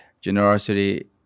generosity